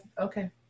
okay